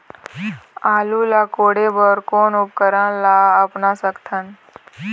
आलू ला कोड़े बर कोन उपकरण ला अपना सकथन?